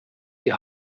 die